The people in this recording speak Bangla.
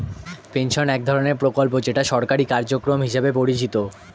পেনশন এক ধরনের প্রকল্প যেটা সরকারি কার্যক্রম হিসেবে পরিচিত